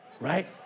right